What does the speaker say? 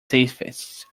safest